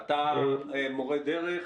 אתה מורה דרך.